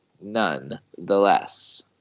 nonetheless